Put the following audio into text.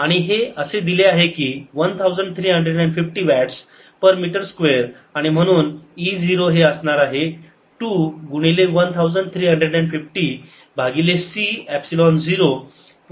आणि हे असे दिले आहे की 1350 वॅट्स पर मीटर स्क्वेअर आणि म्हणून E 0 हे असणार आहे 2 गुणिले 1350 भागिले c एपसिलोन 0 पूर्ण चे वर्गमूळ वोल्ट्स पर मीटर